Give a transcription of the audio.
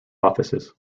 offices